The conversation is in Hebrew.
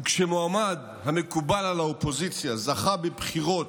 וכשמועמד המקובל על האופוזיציה זכה בבחירות